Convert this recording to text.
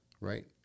right